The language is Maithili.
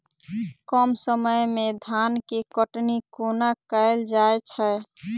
कम समय मे धान केँ कटनी कोना कैल जाय छै?